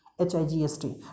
h-i-g-s-t